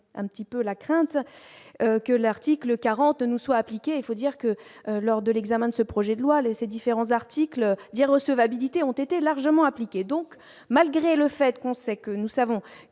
un petit peu la crainte que l'article 40 nous soit appliqué, il faut dire que lors de l'examen de ce projet de loi différents articles dit recevabilité ont été largement appliqué, donc, malgré le fait qu'on sait que nous savons